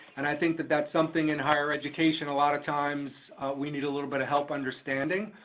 and i think that that's something in higher education, a lot of times we need a little bit of help understanding.